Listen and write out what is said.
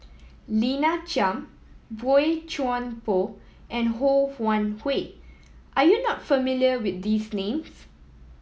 Lina Chiam Boey Chuan Poh and Ho Wan Hui are you not familiar with these names